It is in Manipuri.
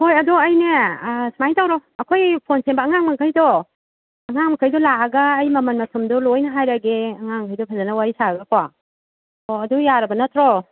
ꯍꯣꯏ ꯑꯗꯣ ꯑꯩꯅꯦ ꯁꯨꯃꯥꯏꯅ ꯇꯧꯔꯣ ꯑꯩꯈꯣꯏ ꯐꯣꯟ ꯁꯦꯝꯕ ꯑꯉꯥꯡ ꯃꯈꯩꯗꯣ ꯑꯉꯥꯡ ꯃꯈꯩꯗꯣ ꯂꯥꯛꯑꯥꯒ ꯑꯩ ꯃꯃꯜ ꯃꯊꯨꯝꯗꯣ ꯂꯣꯏꯅ ꯍꯥꯏꯔꯛꯑꯒꯦ ꯑꯉꯥꯡꯈꯩꯗꯣ ꯐꯖꯅ ꯋꯥꯔꯤ ꯁꯥꯔꯒ ꯀꯣ ꯑꯣ ꯑꯗꯨ ꯌꯥꯔꯕ ꯅꯠꯇ꯭ꯔꯣ